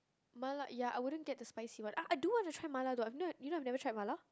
Mala ya I wouldn't get the spicy one ah I do want try Mala though I've never you know I've never never try Mala